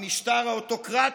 המשטר האוטוקרטי,